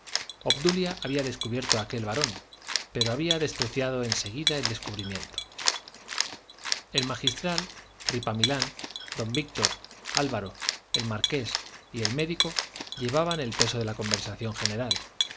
obdulia había descubierto aquel varón pero había despreciado en seguida el descubrimiento el magistral ripamilán don víctor don álvaro el marqués y el médico llevaban el peso de la conversación general vegallana y